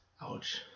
Ouch